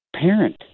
parent